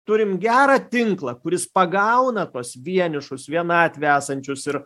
turim gerą tinklą kuris pagauna tuos vienišus vienatvėj esančius ir